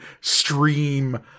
stream